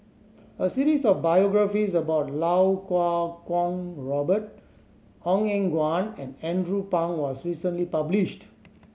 a series of biographies about Lau Kuo Kwong Robert Ong Eng Guan and Andrew Phang was recently published